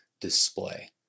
display